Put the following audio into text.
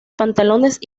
pantalones